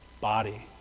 body